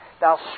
Thou